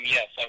Yes